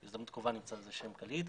בהזדמנות קרובה נמצא לזה שם קליט.